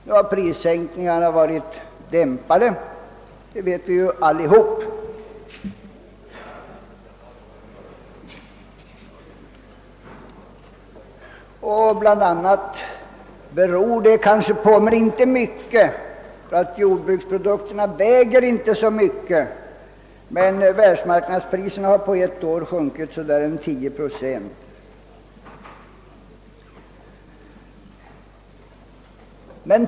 Nu har prisstegringarna alltså varit dämpade, och detta beror kanske till viss del på läget för jordbruksprodukterna, för vilka världsmarknadspriserna på ett år sjunkit med cirka 10 procent.